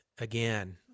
Again